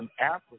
Africa